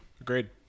agreed